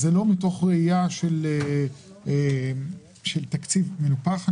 זה לא מתוך ראייה של תקציב מנופח,